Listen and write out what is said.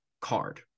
card